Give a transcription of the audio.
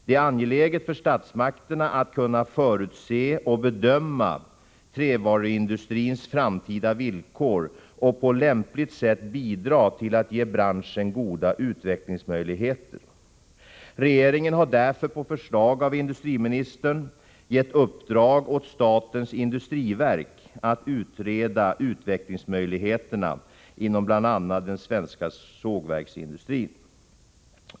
Det är angeläget för statsmakterna att kunna förutse och bedöma trävaruindustrins framtida villkor och på lämpligt sätt bidra till att ge branschen goda utvecklingsmöjligheter. Regeringen har därför på förslag av industriministern gett uppdrag åt statens industriverk att utreda utvecklingsmöjligheterna inom bl.a. den svenska sågverksindustrin.